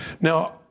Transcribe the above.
Now